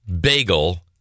bagel